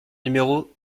numéro